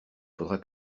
faudra